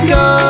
go